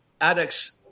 addicts